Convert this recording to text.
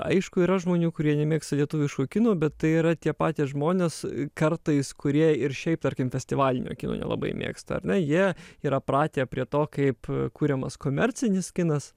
aišku yra žmonių kurie nemėgsta lietuviško kino bet tai yra tie patys žmonės kartais kurie ir šiaip tarkim festivalinio kino nelabai mėgsta ar ne jie yra pratę prie to kaip kuriamas komercinis kinas